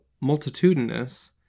multitudinous